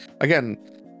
Again